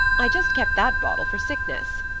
i just kept that bottle for sickness.